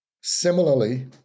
Similarly